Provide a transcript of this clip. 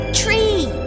tree